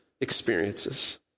experiences